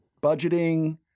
budgeting